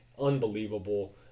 unbelievable